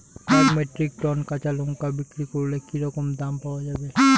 এক metric tonne কাঁচা লঙ্কা বিক্রি করলে কি রকম দাম পাওয়া যাবে?